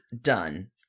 done